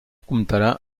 comptarà